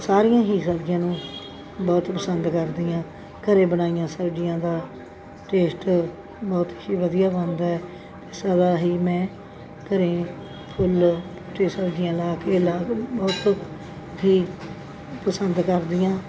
ਸਾਰੀਆਂ ਹੀ ਸਬਜ਼ੀਆਂ ਨੂੰ ਬਹੁਤ ਪਸੰਦ ਕਰਦੀ ਹਾਂ ਘਰ ਬਣਾਈਆਂ ਸਬਜ਼ੀਆਂ ਦਾ ਟੇਸਟ ਬਹੁਤ ਹੀ ਵਧੀਆ ਬਣਦਾ ਹੈ ਸਦਾ ਹੀ ਮੈਂ ਘਰ ਫੁੱਲ ਬੂਟੇ ਸਬਜ਼ੀਆਂ ਲਾ ਕੇ ਲਾਭ ਬਹੁਤ ਹੀ ਪਸੰਦ ਕਰਦੀ ਹਾਂ